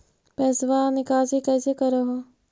पैसवा निकासी कैसे कर हो?